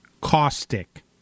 caustic